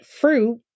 fruit